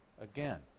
again